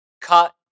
cut